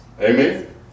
amen